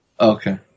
Okay